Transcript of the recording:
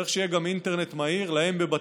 צריך שיהיה להם גם אינטרנט מהיר בבתיהם,